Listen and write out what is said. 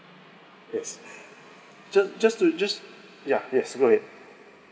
yes just just to just yeah yes go ahead